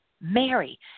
Mary